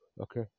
Okay